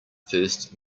first